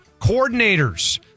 coordinators